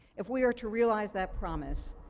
if we are to realize that promise,